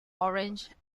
orange